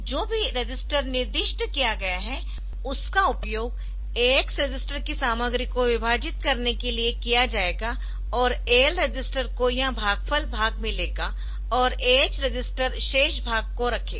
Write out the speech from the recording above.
जो भी रजिस्टर निर्दिष्ट किया गया है उसका उपयोग AX रजिस्टर की सामग्री को विभाजित करने के लिए किया जाएगा और AL रजिस्टर को यह भागफल भाग मिलेगा और AH रजिस्टर शेष भाग को रखेगा